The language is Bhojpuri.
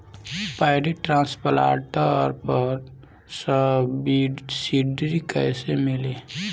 पैडी ट्रांसप्लांटर पर सब्सिडी कैसे मिली?